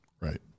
Right